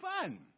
fun